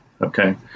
okay